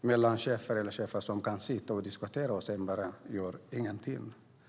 mellan chefer som kan sitta och diskutera och sedan inte gör något.